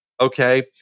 Okay